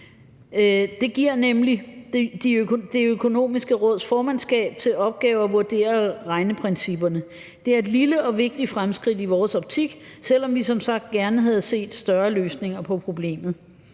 Det giver nemlig Det Økonomiske Råds formandskab til opgave at vurdere regneprincipperne. Det er et lille og vigtigt fremskridt i vores optik, selv om vi som sagt gerne havde set større løsninger på problemet.